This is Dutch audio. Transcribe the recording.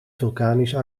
vulkanische